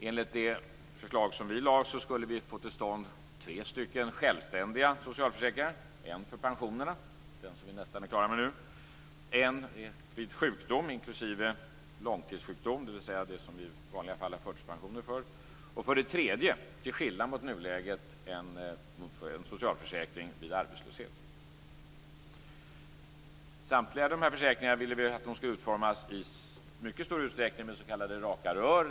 Enligt det förslag som vi lade fram skulle vi få till stånd tre stycken självständiga socialförsäkringar: en för pensionerna, som vi nästan är klara med nu, en andra vid sjukdom, inklusive långtidssjukdom, dvs. det som vi i vanliga fall har förtidspensioner för, och, till skillnad mot nuläget, en tredje socialförsäkring vid arbetslöshet. Samtliga dessa försäkringar ville vi i mycket större utsträckning skulle utformas med s.k. raka rör.